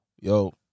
Yo